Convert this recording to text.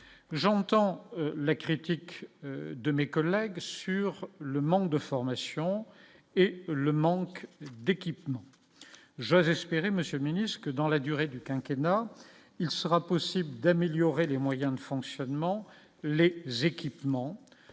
j'entends la critique de mes collègues sur le manque de formation et le manque d'équipement, j'ose espérer Monsieur minus que dans la durée du quinquennat il sera possible d'améliorer les moyens de fonctionnement, les équipements